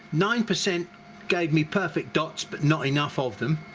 nine percent gave me perfect dots but not enough of them